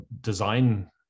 design